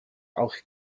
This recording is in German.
auch